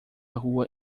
rua